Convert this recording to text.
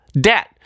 debt